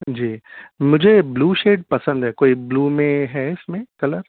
جی مجھے blue shade پسند ہے کوئی بلو میں ہے اس میں کلر